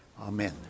Amen